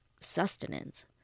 Sustenance